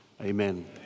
Amen